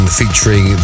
featuring